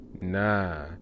Nah